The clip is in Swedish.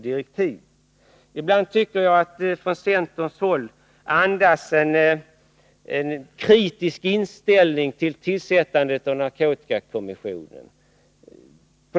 Ibland tycker jag att det från centerns håll förmärks en kritisk inställning till tillsättandet av narkotikakommissionen.